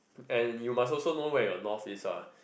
and you must also know where your north is ah